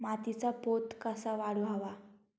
मातीचा पोत कसा वाढवावा?